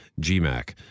GMAC